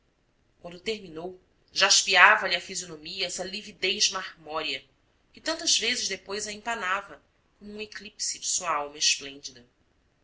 quando terminou jaspeava lhe a fisionomia essa lividez marmórea que tantas vezes depois a empanava como um eclipse de sua alma esplêndida